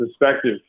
perspective